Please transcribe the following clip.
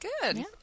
good